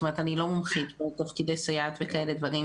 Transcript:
אני לא מומחית לתפקידי סייעת וכאלה דברים,